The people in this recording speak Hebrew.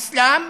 האסלאם,